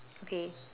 okay